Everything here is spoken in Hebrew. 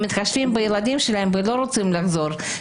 מתחשבים בילדים שלהם ולא רוצים לחזור,